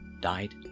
died